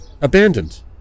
abandoned